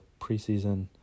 preseason